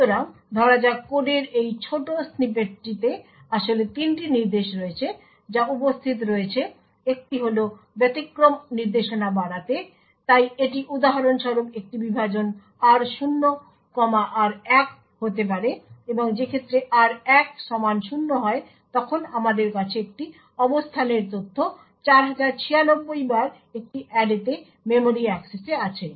সুতরাং ধরা যাক কোডের এই ছোট স্নিপেটটিতে আসলে 3টি নির্দেশ রয়েছে যা উপস্থিত রয়েছে একটি হল ব্যতিক্রম নির্দেশনা বাড়াতে তাই এটি উদাহরণস্বরূপ একটি বিভাজন r0 কমা r1 হতে পারে এবং যেক্ষেত্রে r1 সমান 0 হয় তখন আমাদের কাছে একটি অবস্থানের তথ্য 4096 বার একটি অ্যারেতে মেমরি অ্যাক্সেসে আছে